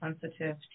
sensitive